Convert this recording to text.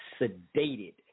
sedated